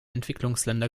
entwicklungsländer